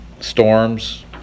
storms